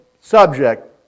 subject